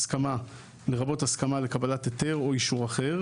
הסכמה: לרבות הסכמה לקבלת היתר או אישור אחר.